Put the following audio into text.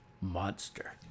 Monster